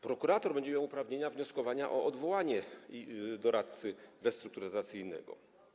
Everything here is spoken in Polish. Prokurator będzie miał uprawnienia do wnioskowania o odwołanie doradcy restrukturyzacyjnego.